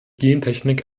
gentechnik